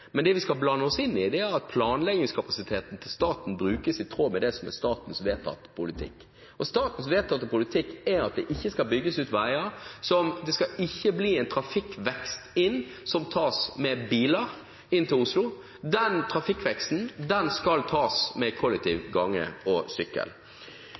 Men det vi skal blande oss inn i, er at planleggingskapasiteten til staten brukes i tråd med det som er statens vedtatte politikk. Statens vedtatte politikk er at det ikke skal bygges ut veier. Det skal ikke bli en trafikkvekst med biler inn til Oslo. Den trafikkveksten skal tas med kollektivtransport, gange og sykkel.